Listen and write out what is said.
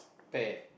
pear